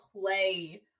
play